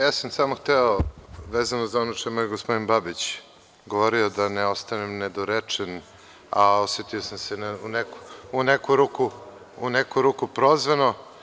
Ja sam samo hteo vezano za ono što je gospodin Babić govorio, da ne ostanem nedorečen, a osetio sam se u neku ruku prozvano.